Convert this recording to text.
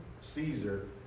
Caesar